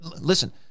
listen